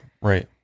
right